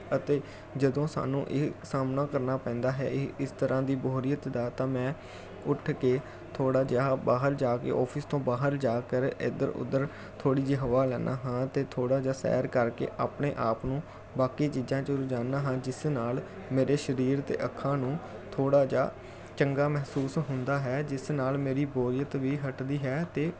ਅਤੇ ਜਦੋਂ ਸਾਨੂੰ ਇਹ ਸਾਹਮਣਾ ਕਰਨਾ ਪੈਂਦਾ ਹੈ ਇਹ ਇਸ ਤਰ੍ਹਾਂ ਦੀ ਬੋਰੀਅਤ ਦਾ ਤਾਂ ਮੈਂ ਉੱਠ ਕੇ ਥੋੜ੍ਹਾ ਜਿਹਾ ਬਾਹਰ ਜਾ ਕੇ ਔਫਿਸ ਤੋਂ ਬਾਹਰ ਜਾਕਰ ਇੱਧਰ ਉੱਧਰ ਥੋੜ੍ਹੀ ਜਿਹੀ ਹਵਾ ਲੈਂਦਾ ਹਾਂ ਅਤੇ ਥੋੜ੍ਹਾ ਜਿਹਾ ਸੈਰ ਕਰਕੇ ਆਪਣੇ ਆਪ ਨੂੰ ਬਾਕੀ ਚੀਜ਼ਾਂ 'ਚ ਰੁਝਾਉਂਦਾ ਹਾਂ ਜਿਸ ਨਾਲ ਮੇਰੇ ਸਰੀਰ ਅਤੇ ਅੱਖਾਂ ਨੂੰ ਥੋੜ੍ਹਾ ਜਿਹਾ ਚੰਗਾ ਮਹਿਸੂਸ ਹੁੰਦਾ ਹੈ ਜਿਸ ਨਾਲ ਮੇਰੀ ਬੋਰੀਅਤ ਵੀ ਹਟਦੀ ਹੈ ਅਤੇ